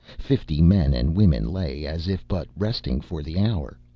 fifty men and women lay as if but resting for the hour,